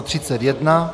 31.